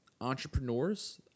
entrepreneurs